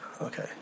Okay